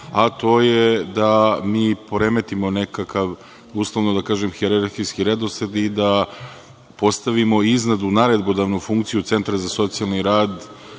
a to je da mi poremetimo nekakav, uslovno da kažem hijerarhijski redosled i da postavi iznad u naredbodavnu funkciju centra za socijalni rad